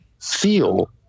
feel